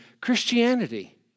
Christianity